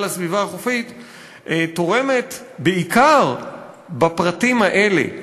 על הסביבה החופית תורמת בעיקר בפרטים האלה,